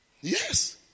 Yes